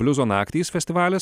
bliuzo naktys festivalis